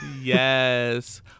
Yes